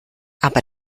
aber